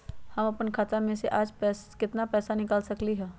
हम अपन खाता में से आज केतना पैसा निकाल सकलि ह?